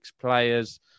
players